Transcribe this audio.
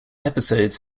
episodes